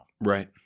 Right